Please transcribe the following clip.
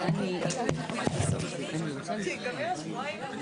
אני רוצה להציע לממשלה שבוועדת ההשגות יהיה נציג של,